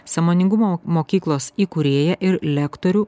sąmoningumo mokyklos įkūrėją ir lektorių